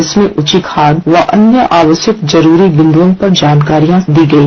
इसमें उचित खाद और अन्य आवश्यक जरूरी बिंद्ओं पर जानकारियां दी गयी